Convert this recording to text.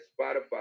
Spotify